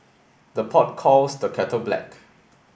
the pot calls the kettle black